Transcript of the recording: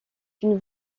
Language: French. une